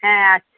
হ্যাঁ আচ্ছা